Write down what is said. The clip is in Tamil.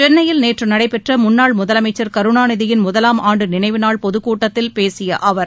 சென்னையில் நேற்று நடைபெற்ற முன்னாள் முதலமைச்சர் கருணாநிதியின் முதலாம் ஆண்டு நினைவுநாள் பொதுக்கூட்டத்தில் பேசிய அவர்